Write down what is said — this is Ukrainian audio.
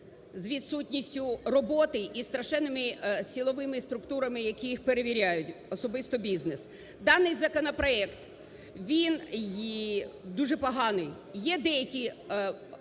з відсутністю роботи і страшенними силовими структурами, які їх перевіряють, особисто бізнес. Даний законопроект, він дуже поганий. Є деякі